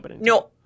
No